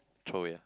throw away